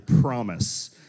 promise